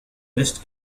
best